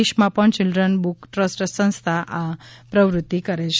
દેશમાં પણ children book trust સંસ્થા આ પ્રવૃત્તિ કરે છે